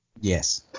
Yes